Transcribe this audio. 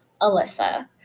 Alyssa